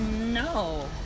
No